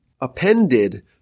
appended